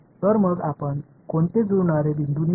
तर मग आपण कोणते जुळणारे बिंदू निवडु